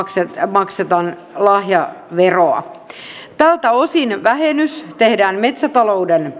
maksetaan lahjaveroa tältä osin vähennys tehdään metsätalouden